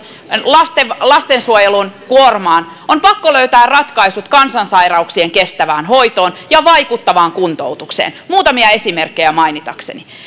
lastensuojelun lastensuojelun kuormaan on pakko löytää ratkaisut kansansairauksien kestävään hoitoon ja vaikuttavaan kuntoutukseen muutamia esimerkkejä mainitakseni